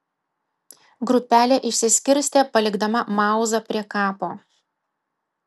grupelė išsiskirstė palikdama mauzą prie kapo